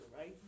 right